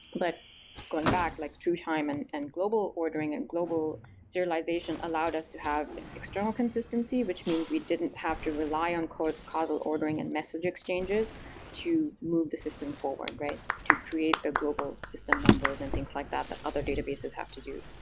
but going back, like true time and and global ordering and global serialization, allowed us to have external consistency, which means we didn't have to rely on causal causal ordering and message exchanges to move the system forward to create a global system numbers and things like that that other databases have to do.